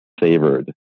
Savored